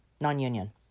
non-union